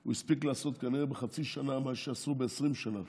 הוא הספיק לעשות כנראה בחצי שנה מה שעשו ב-20 שנה